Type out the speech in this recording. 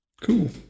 cool